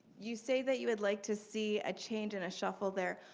you say that you would like to see a change and a shuffle there,